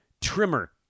trimmer